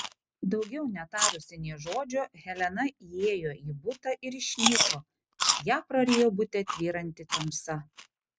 daugiau netarusi nė žodžio helena įėjo į butą ir išnyko ją prarijo bute tvyranti tamsa